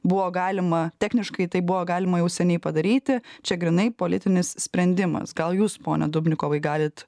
buvo galima techniškai tai buvo galima jau seniai padaryti čia grynai politinis sprendimas gal jūs pone dubnikovai galit